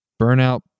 Burnout